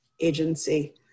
agency